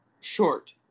short